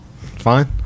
Fine